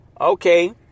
Okay